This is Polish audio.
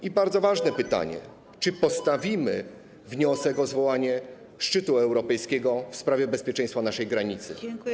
I bardzo ważne pytanie: Czy postawimy wniosek o zwołanie szczytu europejskiego w sprawie bezpieczeństwa naszej granicy?